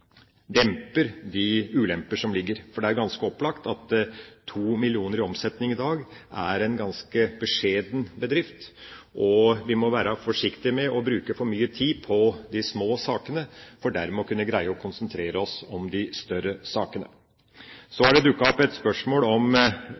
i omsetning i dag gjelder en ganske beskjeden bedrift, og vi må være forsiktig med å bruke for mye tid på de små sakene, for dermed å kunne greie å konsentrere oss om de større sakene. Så